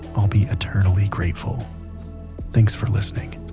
i'll be eternally grateful thanks for listening